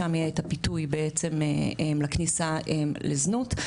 שם יהיה את הפיתוי בעצם לכניסה לזנות.